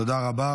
תודה רבה.